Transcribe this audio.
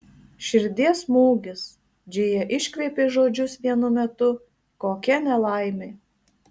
širdies smūgis džėja iškvėpė žodžius vienu metu kokia nelaimė